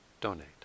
donate